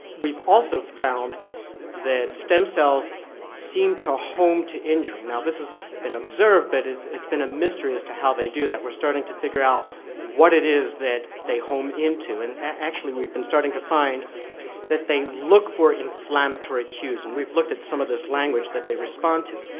we've also found that stem cells seem to home to injury. now this has been observed but it's it's been a mystery as to how they do that. we're starting to figure out what it is that they home into and actually we've been starting to find that they look for inflammatory cues and we've looked at some of this language that they respond to.